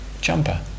Jumper